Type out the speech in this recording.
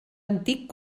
antic